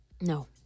No